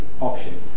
option